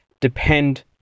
depend